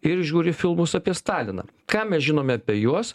ir žiūri filmus apie staliną ką mes žinome apie juos